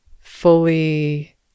fully